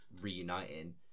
Reuniting